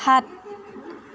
সাত